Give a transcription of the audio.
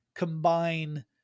Combine